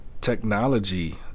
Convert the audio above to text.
technology